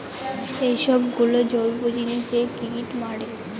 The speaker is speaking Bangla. এইসব গুলো জৈব জিনিস দিয়ে কীট মারে